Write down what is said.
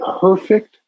perfect